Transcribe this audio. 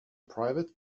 private